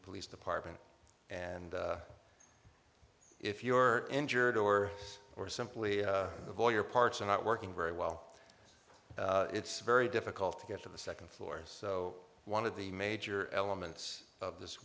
the police department and if you're injured or or simply a voyeur parts are not working very well it's very difficult to get to the second floor so one of the major elements of this